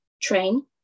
train